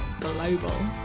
global